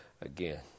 again